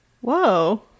Whoa